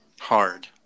hard